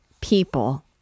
People